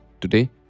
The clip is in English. Today